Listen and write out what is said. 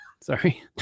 Sorry